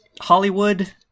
Hollywood